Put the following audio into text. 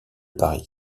paris